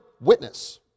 witness